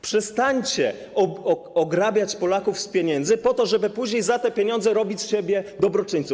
Przestańcie ograbiać Polaków z pieniędzy po to, żeby później za te pieniądze robić z siebie dobroczyńców.